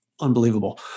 unbelievable